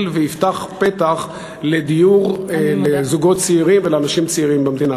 ויפתח פתח לדיור לזוגות צעירים ולאנשים צעירים במדינה.